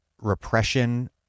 repression